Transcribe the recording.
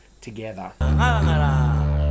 together